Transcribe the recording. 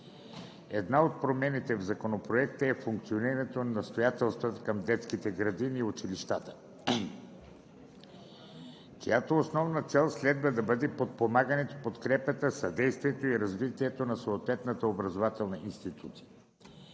Една от промените в Законопроекта е функционирането на настоятелствата към детските градини и училищата, чиято основна цел следва да бъде подпомагането, подкрепата, съдействието и развитието на съответната образователна институция.